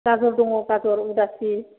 गाजर दङ गाजर उदासि